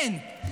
אין.